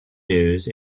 news